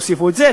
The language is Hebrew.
תוסיפו את זה,